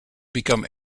become